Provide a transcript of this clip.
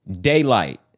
Daylight